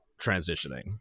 transitioning